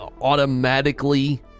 automatically